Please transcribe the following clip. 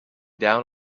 down